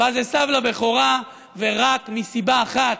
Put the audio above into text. בז עשיו לבכורה, ורק מסיבה אחת: